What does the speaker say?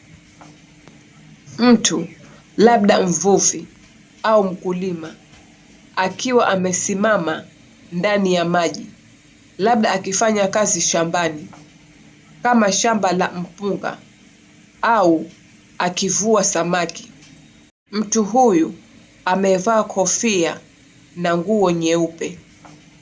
Mtu, labda mvuvi au mkulima, akiwa amesimama ndani ya maji, labda akifanya kazi shambani ama shamba la mpunga au akivua samaki. Mtu huyu amevaa kofia na nguo nyeupe.